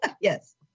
yes